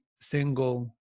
single